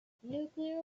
nuclear